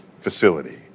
facility